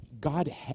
God